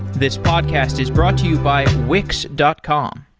this podcast is brought to you by wix dot com.